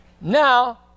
Now